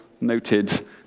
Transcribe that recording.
noted